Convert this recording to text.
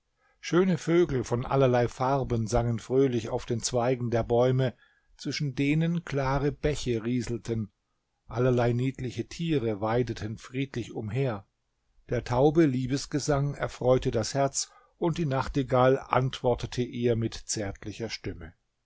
schöne vögel von allerlei farben sangen fröhlich auf den zweigen der bäume zwischen denen klare bäche rieselten allerlei niedliche tiere weideten friedlich umher der taube liebesgesang erfreute das herz und die nachtigall antwortete ihr mit zärtlicher stimme